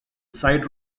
side